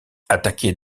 attaquer